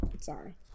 Sorry